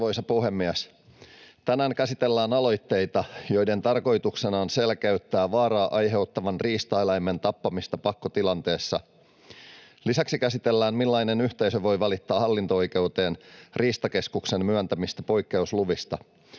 Arvoisa puhemies! Tänään käsitellään aloitteita, joiden tarkoituksena on selkeyttää vaaraa aiheuttavan riistaeläimen tappamista pakkotilanteessa. Lisäksi käsitellään sitä, millainen yhteisö voi valittaa hallinto-oikeuteen Riistakeskuksen myöntämistä poikkeusluvista.